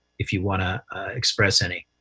if you want to express any.